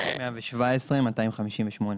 --- 117,258.